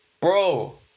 Bro